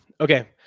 Okay